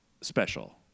special